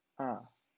uh